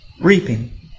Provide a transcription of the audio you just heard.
Reaping